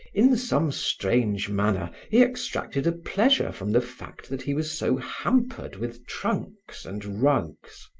in some strange manner he extracted a pleasure from the fact that he was so hampered with trunks and rugs.